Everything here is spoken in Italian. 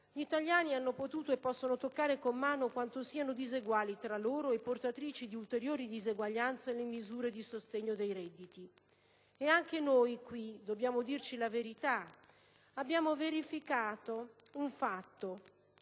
gli italiani hanno potuto e possono toccare con mano quanto siano diseguali tra loro e portatrici di ulteriori diseguaglianze le misure di sostegno dei redditi. E anche noi, qui, dobbiamo dirci la verità: abbiamo verificato un fatto